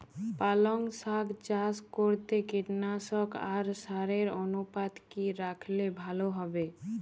পালং শাক চাষ করতে কীটনাশক আর সারের অনুপাত কি রাখলে ভালো হবে?